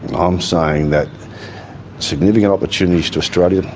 and um saying that significant opportunities to australia,